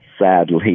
sadly